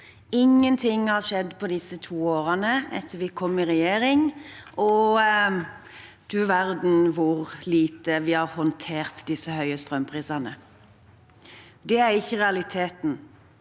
ingenting har skjedd på de to årene etter at vi kom i regjering, og du verden, hvor lite vi har håndtert disse høye strømprisene. Det er ikke realiteten.